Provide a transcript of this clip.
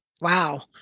Wow